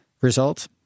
result